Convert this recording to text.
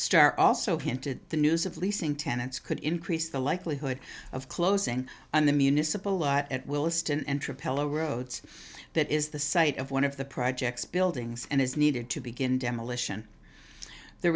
star also hinted the news of leasing tenants could increase the likelihood of closing on the municipal lot at williston entropy hello roads that is the site of one of the projects buildings and is needed to begin demolition the